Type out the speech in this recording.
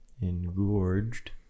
Engorged